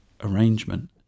arrangement